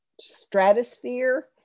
stratosphere